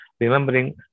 remembering